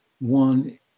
one